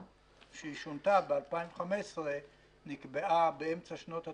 ששונתה ב-2015 ונקבעה באמצע שנות ה-90,